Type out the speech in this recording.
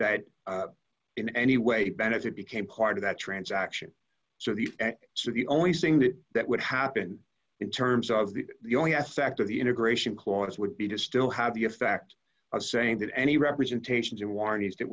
that in any way benefit became part of that transaction so the so the only thing that that would happen in terms of the the only aspect of the integration clause would be to still have be a fact a saying that any representations in warranties that